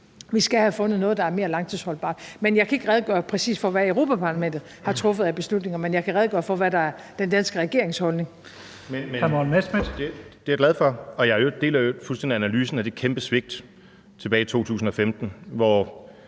Vi skal have fundet noget, der er mere langtidsholdbart. Men jeg kan ikke redegøre præcis for, hvad Europa-Parlamentet har truffet af beslutninger, men jeg kan redegøre for, hvad der er den danske regerings holdning. Kl. 13:42 Første næstformand (Leif Lahn